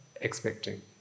expecting